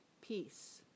peace